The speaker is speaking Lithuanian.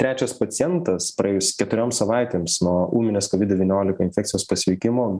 trečias pacientas praėjus keturioms savaitėms nuo ūminės kovid devyniolika infekcijos pasveikimo